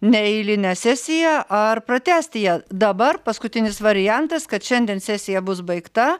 neeilinę sesiją ar pratęsti ją dabar paskutinis variantas kad šiandien sesija bus baigta